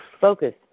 focus